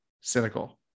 cynical